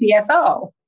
CFO